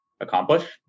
accomplish